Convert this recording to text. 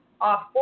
off